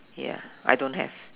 ya I don't have